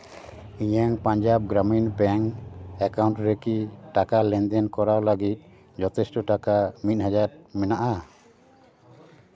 ᱤᱧᱟᱹᱜ Punjab Gramin bank account ᱨᱮᱠᱤ ᱴᱟᱠᱟ ᱞᱮᱱᱫᱮᱱ ᱠᱚᱨᱟᱣ ᱞᱟᱹᱜᱤᱫ ᱡᱚᱛᱷᱮᱥᱴᱚ ᱴᱟᱠᱟ ᱢᱤᱫ ᱦᱟᱡᱟᱨ ᱢᱮᱱᱟᱜᱼᱟ